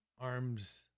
arms